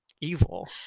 evil